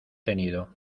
tenido